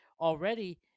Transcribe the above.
already